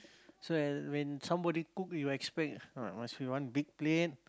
so and when somebody cook you expect ah must be one big plate